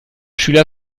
schüler